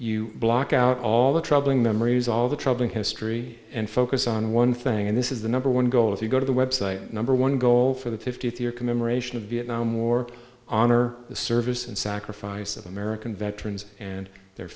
you block out all the troubling memories all the troubling history and focus on one thing and this is the number one goal if you go to the web site number one goal for the fiftieth year commemoration of the vietnam war honor the service and sacrifice of american veterans and their